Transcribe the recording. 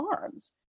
arms